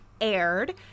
aired